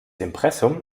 impressum